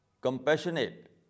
compassionate